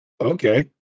Okay